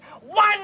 one